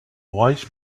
wise